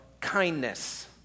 kindness